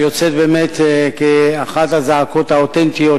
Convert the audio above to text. שיוצאת באמת כאחת הזעקות האותנטיות,